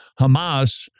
Hamas